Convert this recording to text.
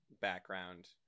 background